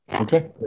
Okay